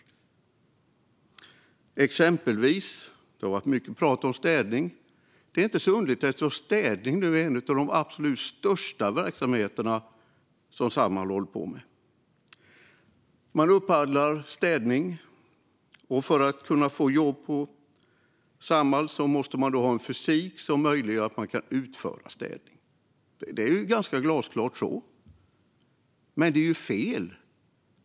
Det har exempelvis varit mycket prat om städning. Det är inte så underligt eftersom städning nu är en av de absolut största verksamheter som Samhall håller på med. Samhall vinner upphandlingar för städning, och för att kunna få jobb på Samhall måste man då ha en fysik som gör att man kan utföra städning. Det är ganska glasklart så, men det är ju fel.